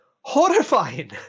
horrifying